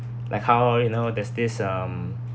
like how you know there's this um